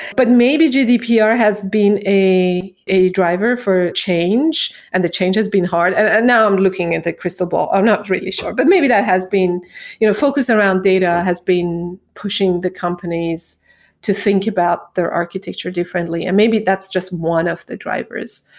but maybe gdpr has been a driver driver for change, and the change has been hard. and now i'm looking in the crystal ball. i'm not really sure, but maybe that has been you know focused around data. has been pushing the companies to think about their architecture differently, and maybe that's just one of the drivers.